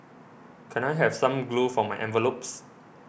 can I have some glue for my envelopes